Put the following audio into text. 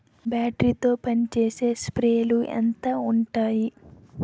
Battery తో పనిచేసే స్ప్రేలు ఎంత ఉంటాయి?